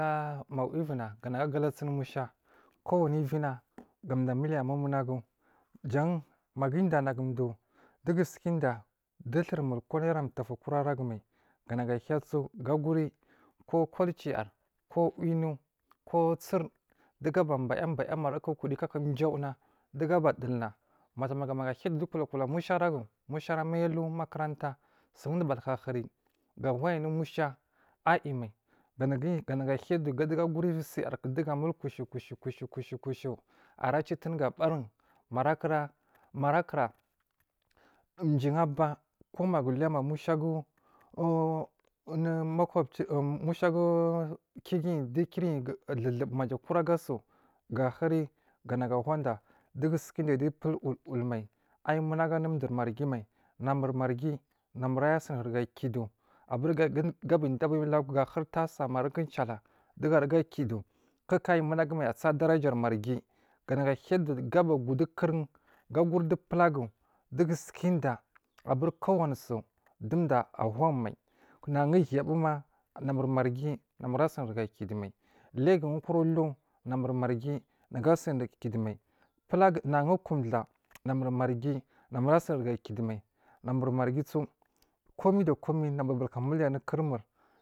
gunagu a galasin musha kuwane ivina gadu amiliya mumunagu jan magu ida nagudu dugusukude du tumul ko naira tufu kuru ragumai ganagu ahira su ga thguri kowo kwalciya ko alainu ko sir duga abaa baya baya maraca ukuri maraca ujauna duga abadulna matuma maga ahiyadu do kula kula musha aragu. Musha ara mai alumakaranta sun dugu batukahuri ga hoyi anu mushayi mai ganagu ahiyadu dugu aguri ivirsujerku duga amul kushu kushu kushu aracitiri gabarin marakura ma kira ji abaa ku magu aluya ma mushagu u unur makabci meshagu kiguyi du kiryi duclubu ma ku gasu ga ahuri ganagu ahoda du gu suka da du pul ul ul mai ayi munagu anur dur magimai na murmargi na mur ayasin ruga kidu abur gab u lagu ga huri tasa maraca ujal dugaruga kidu kuku ayi munagu a tsa darajar merghi ganagu ahiya gaba gudukur un ga kurdubulagu dugu sukade abur kowaniso du do ahun mai nagu, un hiyabu ma na mur marghi namur asin ruga kidu mai legun kura lu na mirma ghi nagu asin rija kidumai bu lagui nagun kumda bulogu na mur marghi namur asin riga kidu mai namur maghisu komi da komai namur batuka miliya anu kurmur.